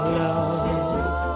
love